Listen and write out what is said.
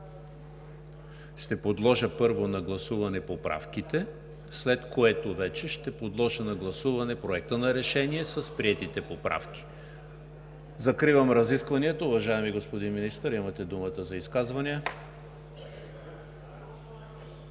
ще подложа на гласуване поправките, след което вече ще подложа на гласуване Проекта на решение с приетите поправки. Уважаеми господин Министър, имате думата за изказване.